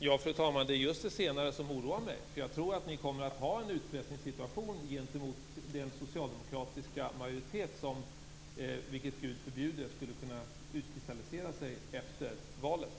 Fru talman! Det är just det senare som oroar mig. Jag tror att ni kommer att vara i en utpressningssituation gentemot den socialdemokratiska majoritet som, vilket Gud förbjude, skulle kunna utkristallisera sig efter valet.